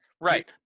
Right